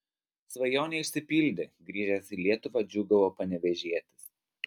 svajonė išsipildė grįžęs į lietuvą džiūgavo panevėžietis